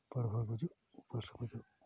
ᱯᱟᱲᱦᱟᱣ ᱜᱩᱡᱩᱜ ᱩᱯᱟᱹᱥ ᱜᱩᱡᱩᱜ